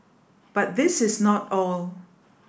but this is not all